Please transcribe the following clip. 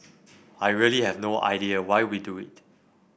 I really have no idea why we do it